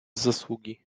zasługi